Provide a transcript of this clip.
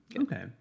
Okay